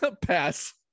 Pass